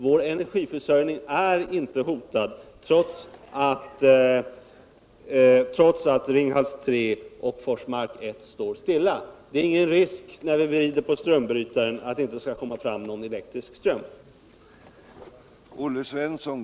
Vår energiförsörjning är inte hotad, trots att Ringhals 3 och Forsmark 1 står stilla. Det är ingen risk för att det inte skall komma fram någon elektrisk ström när vi vrider på strömbrytaren.